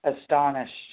astonished